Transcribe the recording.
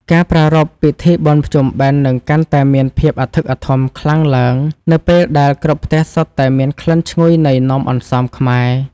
ការប្រារព្ធពិធីបុណ្យភ្ជុំបិណ្ឌនឹងកាន់តែមានភាពអធិកអធមខ្លាំងឡើងនៅពេលដែលគ្រប់ផ្ទះសុទ្ធតែមានក្លិនឈ្ងុយនៃនំអន្សមខ្មែរ។